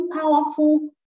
powerful